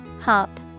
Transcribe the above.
Hop